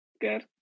Good